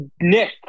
Nick